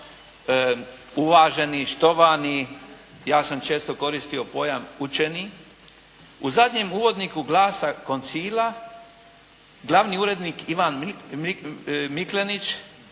uvaženi, štovani, ja sam često koristio pojam učeni, u zadnjem uvodniku "Glasa koncila" glavni urednik Ivan Miklenić